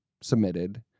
submitted